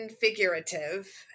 figurative